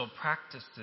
practices